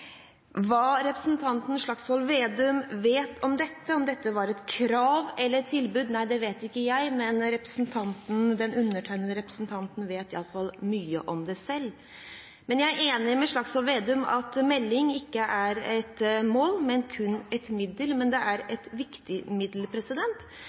Hva representanten Slagsvold Vedum vet om dette, om dette var et krav eller et tilbud, vet ikke jeg, men undertegnede vet iallfall mye om det selv. Men jeg er enig med Slagsvold Vedum i at en melding ikke er et mål, men kun et middel. Det er